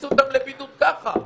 ויכניסו אותם לבידוד ככה.